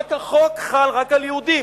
החוק חל רק על יהודים.